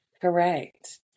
Correct